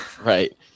Right